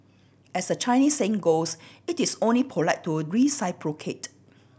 as the Chinese saying goes it is only polite to reciprocate